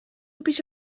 پیش